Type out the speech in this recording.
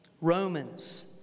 Romans